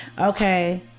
okay